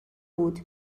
بود